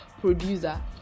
producer